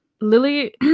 Lily